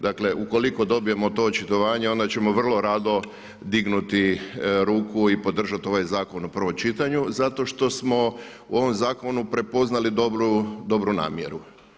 Dakle ukoliko dobijemo to očitovanje onda ćemo vrlo rado dignuti ruku i podržati ovaj zakon u prvom čitanju, zato što smo u ovom zakonu prepoznali dobru namjeru.